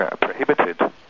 prohibited